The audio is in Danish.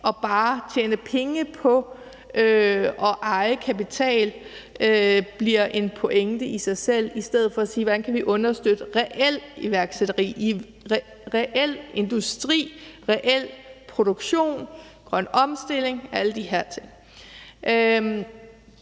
det bare at tjene penge på at eje kapital bliver en pointe i sig selv, i stedet for at vi siger, hvordan vi kan understøtte reel iværksætteri, reel industri, reel produktion, grøn omstilling og alle de her ting.